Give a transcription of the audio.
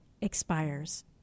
expires